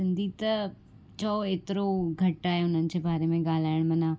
सिंधी त चयो हेतिरो घटि आहे हुननि जे बारे में ॻाल्हाइण माना